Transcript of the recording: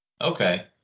Okay